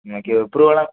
இன்றைக்கி